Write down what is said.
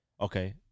okay